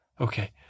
Okay